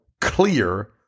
clear